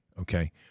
Okay